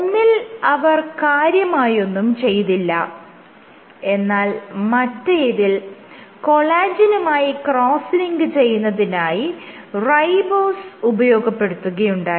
ഒന്നിൽ അവർ കാര്യമായൊന്നും ചെയ്തില്ല എന്നാൽ മറ്റേതിൽ കൊളാജെനുമായി ക്രോസ്സ് ലിങ്ക് ചെയ്യുന്നതിനായി റൈബോസ് ഉപയോഗപ്പെടുത്തുകയുണ്ടായി